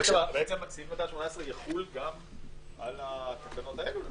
בעצם סעיף 218 יחול גם על התקנות האלה.